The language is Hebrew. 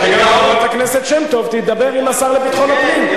וגם חברת הכנסת שמטוב תדבר עם השר לביטחון הפנים,